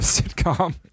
sitcom